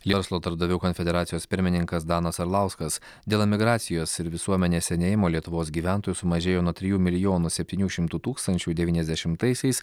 verslo darbdavių konfederacijos pirmininkas danas arlauskas dėl emigracijos ir visuomenės senėjimo lietuvos gyventojų sumažėjo nuo trijų milijonų septynių šimtų tūkstančių devyniasdešimtaisiais